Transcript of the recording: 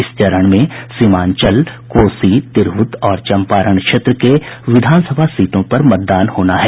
इस चरण में सीमांचल कोसी तिरहुत और चम्पारण क्षेत्र के विधानसभा सीटों पर मतदान होना है